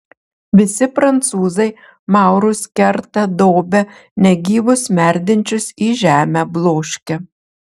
visi prancūzai maurus kerta dobia negyvus merdinčius į žemę bloškia